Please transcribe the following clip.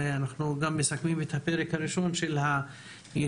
אנחנו מסכמים את הפרק הראשון של הישיבה,